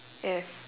if